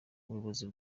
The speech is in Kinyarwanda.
ubuyobozi